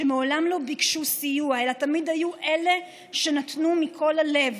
שמעולם לא ביקשו סיוע אלא תמיד היו אלה שנתנו מכל הלב,